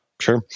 Sure